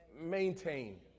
maintain